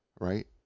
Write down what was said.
right